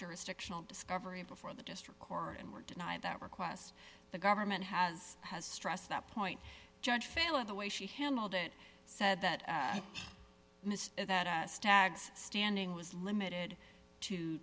jurisdictional discovery before the district court and were denied that request the government has has stressed that point judge fail in the way she handled it said that miss that us stags standing was limited to